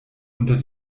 unter